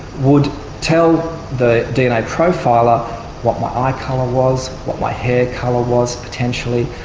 would tell the dna profiler what my eye colour was, what my hair colour was, potentially,